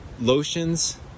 lotions